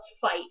fight